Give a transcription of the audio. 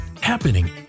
happening